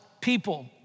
people